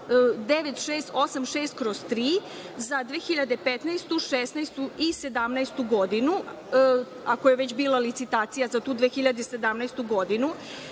9686/3 za 2015, 2016. i 2017. godinu, ako je već bila licitacija za tu 2017. godinu,